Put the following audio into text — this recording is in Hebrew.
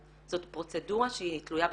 זאת פרוצדורה שהיא תלויה בזמן.